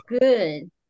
good